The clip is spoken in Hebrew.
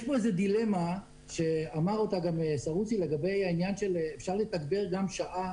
יש כאן איזו דילמה שאמר אותה גם סרוסי לגבי העניין שאפשר לתגבר גם שעה